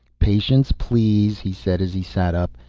patience, please, he said as he sat up.